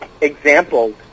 examples